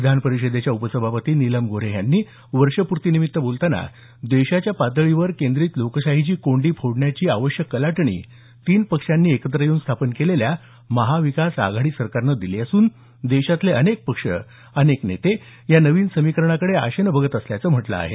विधान परिषदेच्या उपसभापती नीलम गोऱ्हे यांनी वर्षपूर्तीनिमित्त बोलतांना देशाच्या पातळीवर केंद्रित लोकशाहीची कोंडी फोडण्याची आश्वासक कलाटणी तीन पक्षांनी एकत्र येऊन स्थापन केलेल्या महाविकास आघाडी सरकारने दिली असून देशातले अनेक पक्ष अनेक नेते या नवीन समीकरणाकडे आशेने बघत असल्याचं म्हटलं आहे